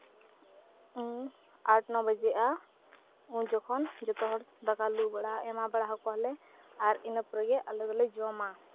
ᱩᱱ ᱟᱴ ᱱᱚ ᱵᱟᱡᱟᱜᱼᱟ ᱩᱱ ᱡᱚᱠᱷᱚᱱ ᱡᱚᱛᱚ ᱦᱚᱲ ᱫᱟᱠᱟ ᱞᱩ ᱵᱟᱲᱟ ᱮᱢᱟ ᱵᱟᱲᱟ ᱟᱠᱚᱣᱟᱞᱮ ᱟᱨ ᱤᱱᱟᱹ ᱯᱚᱨᱮᱜᱮ ᱟᱞᱮ ᱫᱚᱞᱮ ᱡᱚᱢᱟ